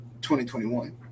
2021